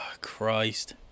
Christ